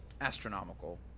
astronomical